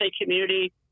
community